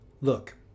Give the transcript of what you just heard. Look